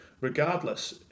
regardless